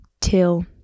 till